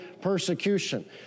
persecution